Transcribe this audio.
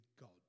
God